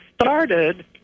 started